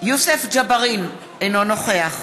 יוסף ג'בארין, אינו נוכח